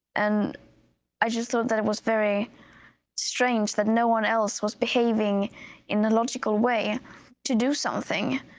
and i just thought that it was very strange that no one else was behaving in a logical way to do something,